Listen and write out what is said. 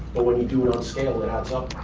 but when you do it on scale, it adds up.